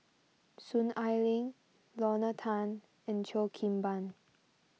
Soon Ai Ling Lorna Tan and Cheo Kim Ban